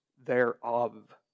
thereof